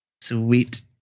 Sweet